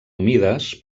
humides